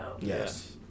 Yes